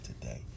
today